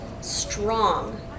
strong